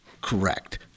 Correct